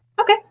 Okay